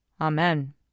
Amen